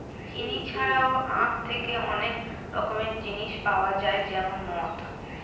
চিনি ছাড়াও আখ থেকে অনেক রকমের জিনিস পাওয়া যায় যেমন মদ